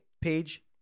page